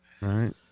right